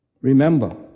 Remember